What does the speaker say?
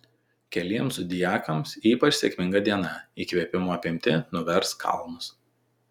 keliems zodiakams ypač sėkminga diena įkvėpimo apimti nuvers kalnus